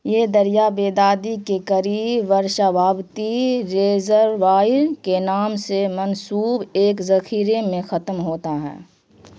یہ دریا بیدادی کے قریب ورشا واوتی ریزروائر کے نام سے منسوب ایک ذخیرے میں ختم ہوتا ہے